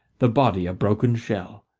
the body a broken shell.